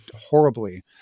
horribly